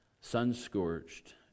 sun-scorched